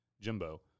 Jimbo